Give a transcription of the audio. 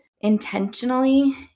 intentionally